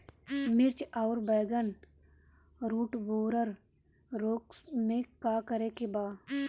मिर्च आउर बैगन रुटबोरर रोग में का करे के बा?